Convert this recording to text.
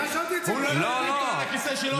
ישבתי אצל מיכאל ביטון.